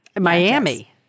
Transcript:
Miami